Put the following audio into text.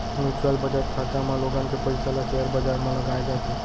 mutual बचत खाता म लोगन के पइसा ल सेयर बजार म लगाए जाथे